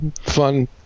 fun